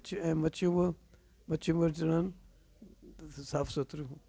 मच्छू ऐं मच्छूं अ मच्छूं ॿ अचन साफ़ु सुथिरियूं